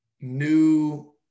new